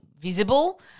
visible